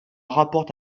rapporte